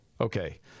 Okay